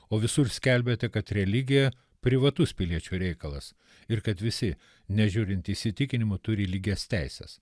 o visur skelbiate kad religija privatus piliečių reikalas ir kad visi nežiūrint įsitikinimų turi lygias teises